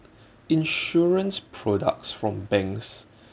insurance products from banks